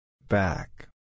Back